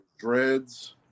Dreads